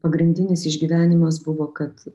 pagrindinis išgyvenimas buvo kad